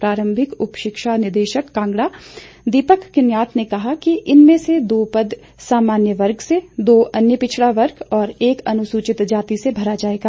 प्रारंभिक उपशिक्षा निदेशक कांगड़ा दीपक किनायत ने कहा कि इन में से दो पद सामान्य वर्ग से दो अन्य पिछड़ा वर्ग और एक अनुसूचित जाति से भरा जाएगा